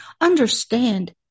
understand